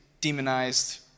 demonized